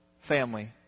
family